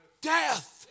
death